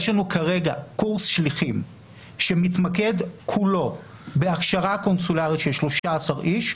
יש לנו כרגע קורס שליחים שמתמקד כולו בהכשרה קונסולרית של 13 איש.